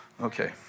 Okay